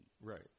Right